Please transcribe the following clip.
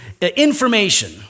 information